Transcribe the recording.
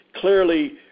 clearly